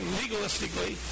legalistically